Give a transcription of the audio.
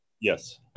Yes